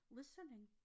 listening